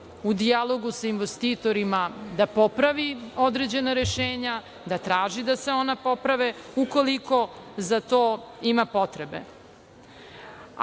u dijalogu sa investitorima da popravi određena rešenja, da traži da se ona poprave, ukoliko za to ima potrebe.A